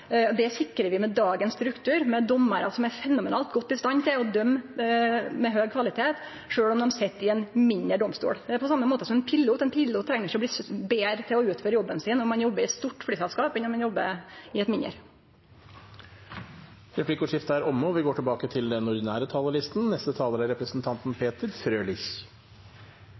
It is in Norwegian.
rettssikkerheit. Det sikrar vi med dagens struktur, med dommarar som er fenomenalt godt i stand til å dømme med høg kvalitet sjølv om dei sit i ein mindre domstol. Det er på same måten med en pilot. Ein pilot treng ikkje å bli betre til å utføre jobben sin om han jobbar i eit stort flyselskap enn om han jobbar i eit mindre. Replikkordskiftet er omme. Dette er en historisk dag for norske domstoler. Vi